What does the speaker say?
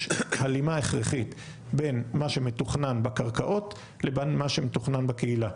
יש הלימה הכרחית בין מה שמתוכנן בקרקעות לבין מה שמתוכנן בקהילה,